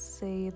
say